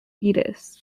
foetus